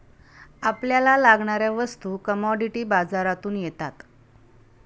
आपल्याला लागणाऱ्या वस्तू कमॉडिटी बाजारातून येतात